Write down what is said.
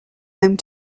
home